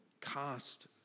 Cast